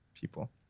people